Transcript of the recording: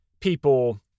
people